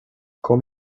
kom